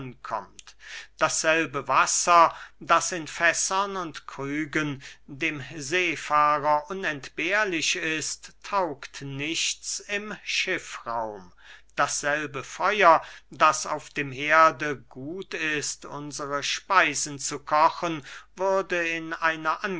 dasselbe wasser das in fässern und krügen dem seefahrer unentbehrlich ist taugt nichts im schiffsraum dasselbe feuer das auf dem herde gut ist unsre speisen zu kochen würde in einer